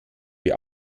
wir